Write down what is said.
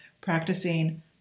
practicing